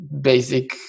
basic